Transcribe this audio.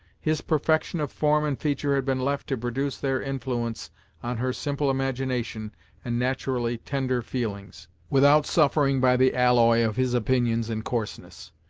his perfection of form and feature had been left to produce their influence on her simple imagination and naturally tender feelings, without suffering by the alloy of his opinions and coarseness.